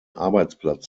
arbeitsplatz